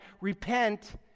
Repent